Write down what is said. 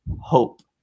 hope